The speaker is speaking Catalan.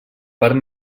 part